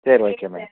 சரி okay madam